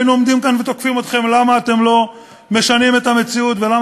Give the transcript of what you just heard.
היינו עומדים כאן ותוקפים אתכם למה אתם לא משנים את המציאות ולמה